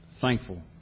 thankful